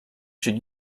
should